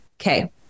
Okay